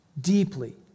deeply